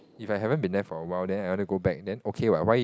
if I haven't been there for a while then I want to go back then okay what why